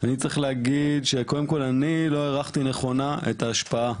אני צריך להגיד שקודם כל אני לא הערכתי נכונה את ההשפעה,